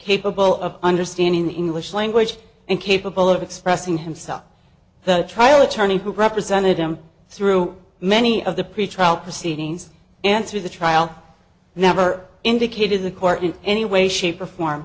capable of understanding the english language and capable of expressing himself the trial attorney who represented him through many of the pretrial proceedings answer the trial never indicated the court in any way shape or form